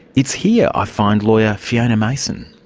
it's here i find lawyer fiona mason.